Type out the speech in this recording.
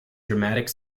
dramatic